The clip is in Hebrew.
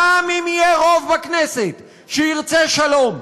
גם אם יהיה רוב בכנסת שירצה שלום,